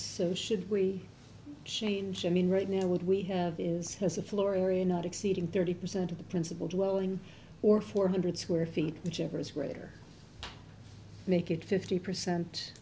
so should we change i mean right now would we have is has a floor area not exceeding thirty percent of the principal dwelling or four hundred square feet jever is greater make it fifty percent